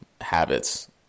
habits